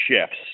shifts